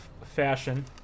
fashion